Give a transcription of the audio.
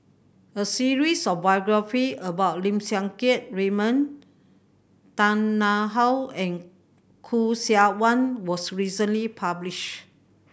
a series of biography about Lim Siang Keat Raymond Tan Tarn How and Khoo Seok Wan was recently published